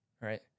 right